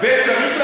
תתייחס הלכה למעשה.